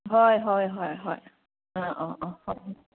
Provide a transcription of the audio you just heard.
ꯍꯣꯏ ꯍꯣꯏ ꯍꯣꯏ ꯍꯣꯏ ꯑꯥ ꯑꯥ ꯑꯥ ꯐꯅꯤ